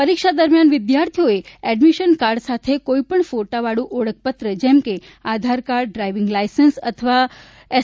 પરીક્ષા દરમિયાન વિદ્યાર્થીઓએ એડમીશન કાર્ડ સાથે કોઇપણ ફોટાવાળું ઓળખપત્ર જેમ કે આધારકાર્ડ ડ્રાયવીંગ લાયસન્સ અથવા એસ